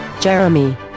Jeremy